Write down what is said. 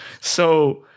So-